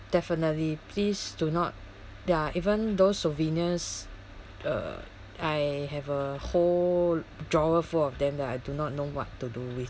definitely please do not there're even those souvenirs uh I have a whole drawer full of them that I do not know what to do with